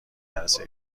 نرسه